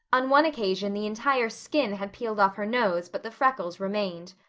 on one occasion the entire skin had peeled off her nose but the freckles remained.